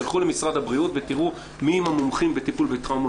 תלכו למשרד הבריאות ותראו מי הם המומחים בטיפול בטראומה